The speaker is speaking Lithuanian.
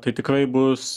tai tikrai bus